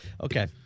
Okay